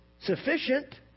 sufficient